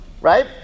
right